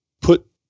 put